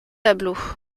tableau